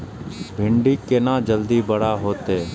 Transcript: भिंडी केना जल्दी बड़ा होते?